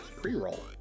pre-roll